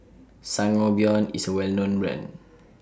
Sangobion IS A Well known Brand